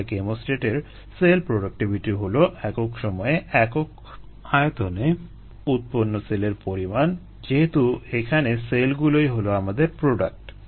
তাহলে কেমোস্ট্যাটের cell productivity হলো একক সময়ে একক আয়তনে উৎপন্ন সেলের পরিমাণ যেহেতু এখানে সেলগুলোই হলো আমাদের প্রোডাক্ট